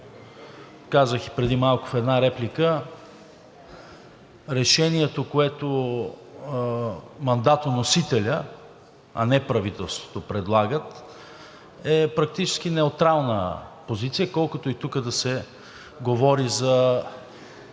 казах и преди малко в една реплика: решението, което мандатоносителят, а не правителството предлага, е практически неутрална позиция, колкото и тук да се говори за